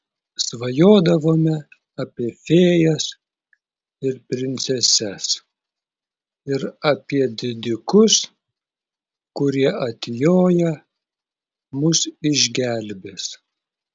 svajodavome apie fėjas ir princeses ir apie didikus kurie atjoję mus išgelbės